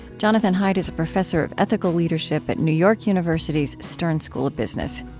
jonathan haidt is a professor of ethical leadership at new york university's stern school of business.